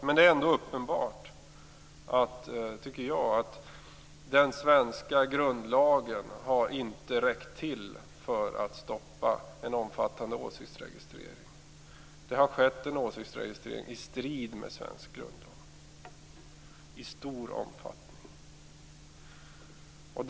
Jag tycker ändå att det är uppenbart att den svenska grundlagen inte har räckt till för att stoppa en omfattande åsiktsregistrering. Det har skett en åsiktsregistrering i strid med svensk grundlag i stor omfattning.